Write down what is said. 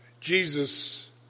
Jesus